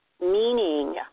meaning